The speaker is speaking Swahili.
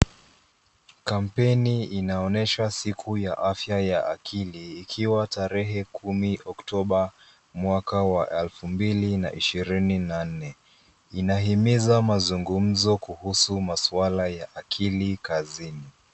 Kampeni inayoonyesha siku ya afya ya akili ikiwa tarehe kumi oktoba mwaka wa elfu mbili na ishirini na nne. Inahimiza mazungumzo kuhusu maswala ya akili kazini.